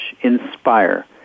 inspire